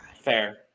Fair